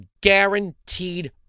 guaranteed